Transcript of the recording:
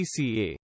PCA